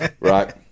Right